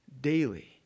daily